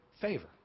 favor